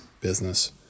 business